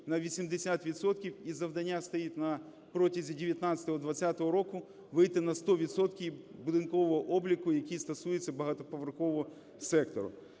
і завдання стоїть на протязі 2019-2020 року вийти на 100 відсотків будинкового обліку, який стосується багатоповерхового сектору.